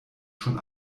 schon